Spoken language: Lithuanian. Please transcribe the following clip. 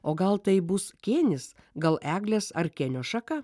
o gal tai bus kėnis gal eglės ar kėnio šaka